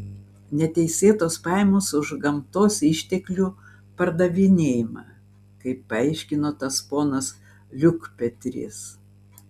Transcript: neteisėtos pajamos už gamtos išteklių pardavinėjimą kaip paaiškino tas ponas liukpetris